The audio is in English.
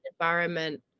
environment